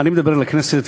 אני מדבר אל הכנסת,